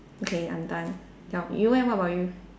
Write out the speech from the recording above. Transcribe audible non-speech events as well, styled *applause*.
okay I'm done *noise* you leh what about you